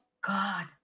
god